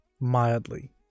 mildly